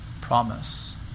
promise